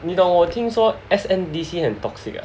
你懂我听说 S_N_D_C 很 toxic ah